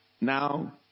Now